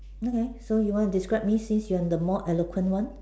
okay so you want to describe me since you are the more eloquent one